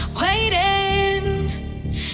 waiting